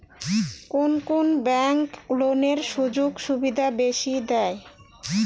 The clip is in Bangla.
কুন কুন ব্যাংক লোনের সুযোগ সুবিধা বেশি দেয়?